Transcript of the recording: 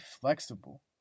flexible